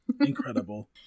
Incredible